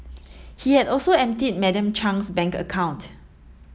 he had also emptied Madam Chung's bank account